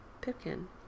pipkin